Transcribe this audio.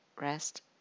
rest